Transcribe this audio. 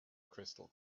crystal